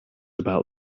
about